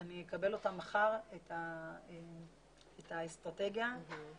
אני אקבל אותה מחר, את הבסיס של האסטרטגיה ואת